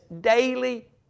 daily